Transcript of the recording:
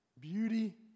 beauty